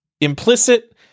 implicit